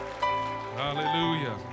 Hallelujah